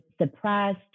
suppressed